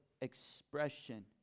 expression